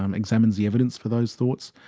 um examines the evidence for those thoughts,